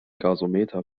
gasometer